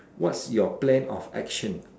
what's your plan of action